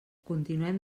continuem